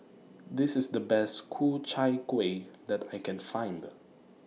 This IS The Best Ku Chai Kueh that I Can Find